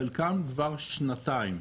חלקם כבר שנתיים.